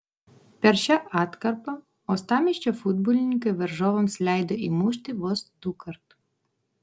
per šią atkarpą uostamiesčio futbolininkai varžovams leido įmušti vos dukart